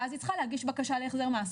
ואז היא צריכה להגיש בקשה להחזר מס,